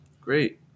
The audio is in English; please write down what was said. great